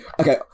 okay